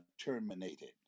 terminated